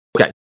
Okay